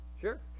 Sure